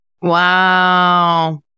Wow